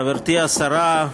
חברתי השרה,